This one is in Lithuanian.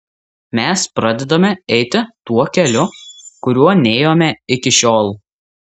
mes pradedame eiti tuo keliu kuriuo nėjome iki šiol